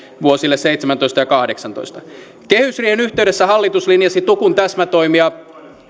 vuosille seitsemäntoista ja kahdeksantoista kehysriihen yhteydessä hallitus linjasi tukun täsmätoimia